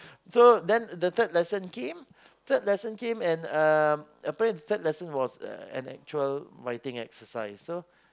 so then the third lesson came third lesson came and um apparently third lesson was uh an actual writing exercise so